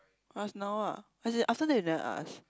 ask now ah as in after that you never ask